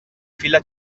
fila